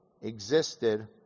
existed